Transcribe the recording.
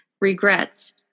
regrets